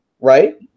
right